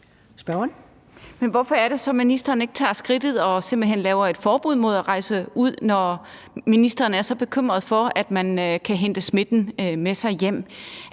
hvorfor tager ministeren så ikke skridtet fuldt ud og simpelt hen laver et forbud mod at rejse ud, når ministeren er så bekymret for, at man kan hente smitten med sig hjem?